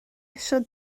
eisiau